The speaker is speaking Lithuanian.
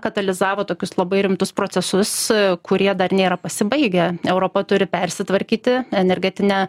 katalizavo tokius labai rimtus procesus kurie dar nėra pasibaigę europa turi persitvarkyti energetinę